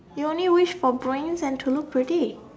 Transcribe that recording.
you only wish for brains and to look pretty